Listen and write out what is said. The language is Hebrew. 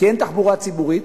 כי אין תחבורה ציבורית.